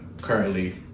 Currently